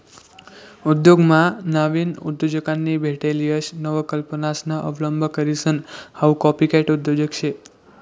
उद्योगमा नाविन उद्योजकांनी भेटेल यश नवकल्पनासना अवलंब करीसन हाऊ कॉपीकॅट उद्योजक शे